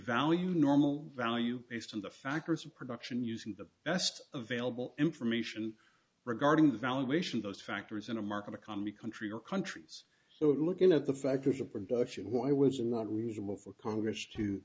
value normal value based on the factors of production using the best available information regarding the valuation those factors in a market economy country or countries so it looking at the factors of production why was it not reasonable for congress to